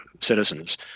citizens